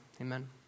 amen